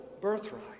birthright